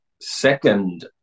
second